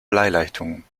bleileitungen